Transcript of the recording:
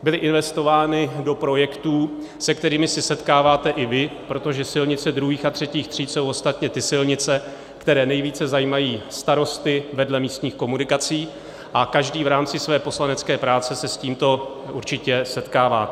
Byly investovány do projektů, s kterými se setkáváte i vy, protože silnice druhých a třetích tříd jsou ostatně ty silnice, které nejvíce zajímají starosty vedle místních komunikací, a každý v rámci své poslanecké práce se s tímto určitě setkává.